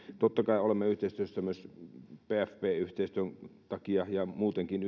totta kai olemme yhteistyössä myös yhdysvaltojen kanssa pfp yhteistyön takia ja muutenkin